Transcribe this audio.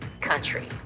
country